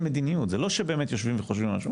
הם לא באמת יושבים וחושבים על משהו,